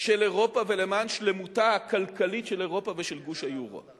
של אירופה ולמען השלמות הכלכלית של אירופה ושל גוש היורו.